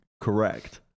correct